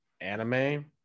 anime